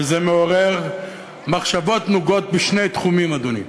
וזה מעורר מחשבות נוגות בשני תחומים, אדוני: